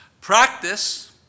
practice